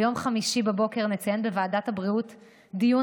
ביום חמישי בבוקר נציין בוועדת הבריאות דיון